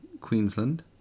Queensland